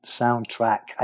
soundtrack